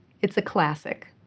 it's a classic.